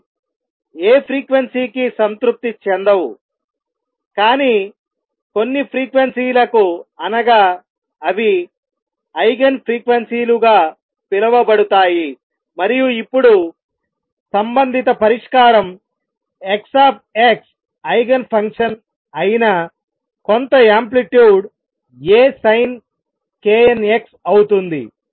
ఇవి ఏ ఫ్రీక్వెన్సీకి సంతృప్తి చెందవు కానీ కొన్ని ఫ్రీక్వెన్సీలకు అనగా అవి ఐగెన్ ఫ్రీక్వెన్సీలుగా పిలువబడతాయి మరియు ఇప్పుడు సంబంధిత పరిష్కారం X ఐగెన్ ఫంక్షన్ అయిన కొంత యాంప్లిట్యూడ్ A sinknx అవుతుంది